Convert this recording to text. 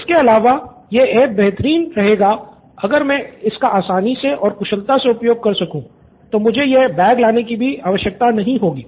इसके अलावा यह ऐप बेहतरीन रहेगा अगर मैं इसका आसानी से और कुशलता से उपयोग कर सकूँ तो मुझे यह बैग लाने कि भी आवश्यकता नहीं रहेगी